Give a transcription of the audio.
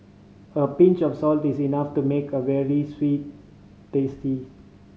a pinch of salt is enough to make a veal tasty